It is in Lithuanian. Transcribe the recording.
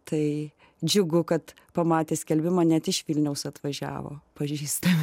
tai džiugu kad pamatė skelbimą net iš vilniaus atvažiavo pažįstami